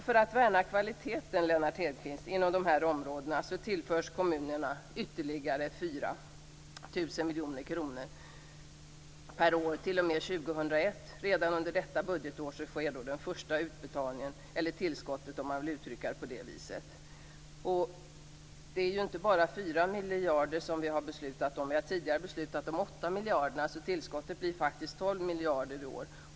För att värna kvaliteten, Lennart Hedquist, inom de här områdena tillförs kommunerna ytterligare 4 000 miljoner kronor per år t.o.m. 2001. Redan under detta budgetår sker den första utbetalningen - eller tillskottet om man vill uttrycka det på det viset. Det är ju inte bara 4 miljarder kronor som vi har beslutat om. Vi har tidigare beslutat om 8 miljarder, så tillskottet blir faktiskt 12 miljarder i år.